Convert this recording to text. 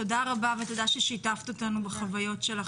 תודה רבה ותודה ששיתפת אותנו בחוויות שלך